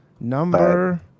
Number